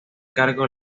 cargo